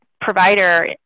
provider